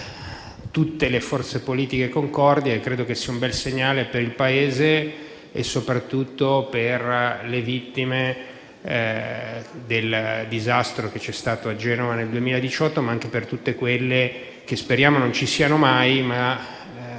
che vede tutte le forze politiche concordi. Credo che sia un bel segnale per il Paese e soprattutto per le vittime del disastro che c'è stato a Genova nel 2018, ma anche per tutte quelle che speriamo non ci siano mai, ma